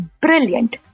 brilliant